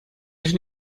sich